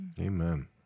Amen